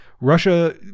Russia